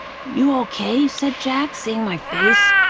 you okay? said jack, seeing my face.